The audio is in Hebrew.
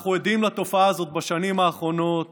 אנחנו עדים לתופעה הזאת בשנים האחרונות